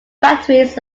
factories